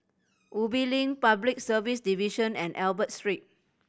Ubi Link Public Service Division and Albert Street